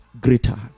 greater